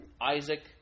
Isaac